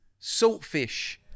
Saltfish